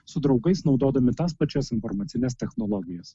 su draugais naudodami tas pačias informacines technologijas